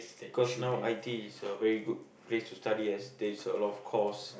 because now I_T_E is a very good place to study as there's a lot of course